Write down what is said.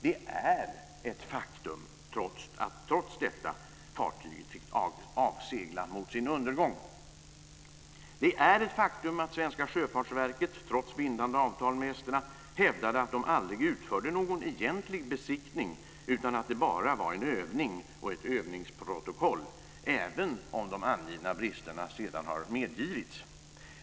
Det är ett faktum att fartyget trots detta fick avsegla mot sin undergång. Det är ett faktum att det svenska sjöfartsverket, trots bindande avtal med esterna, hävdade att man aldrig utförde någon egentlig besiktning utan att det bara var en övning och ett övningsprotokoll, även om de angivna bristerna sedan har medgivits.